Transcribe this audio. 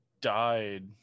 died